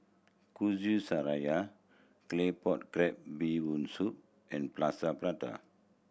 Kuih Syara Claypot Crab Bee Hoon Soup and Plaster Prata